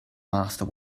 master